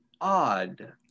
odd